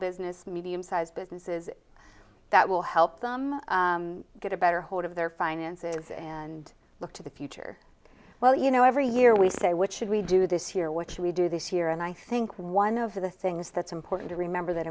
business medium sized businesses that will help them get a better hold of their finances and look to the future well you know every year we say what should we do this year what should we do this year and i think one of the things that's important to remember that